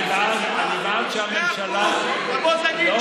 אני בעד שהממשלה, מאה אחוז.